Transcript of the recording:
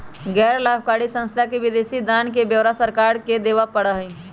गैर लाभकारी संस्था के विदेशी दान के ब्यौरा सरकार के देवा पड़ा हई